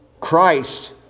Christ